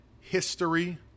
history